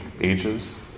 ages